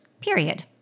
period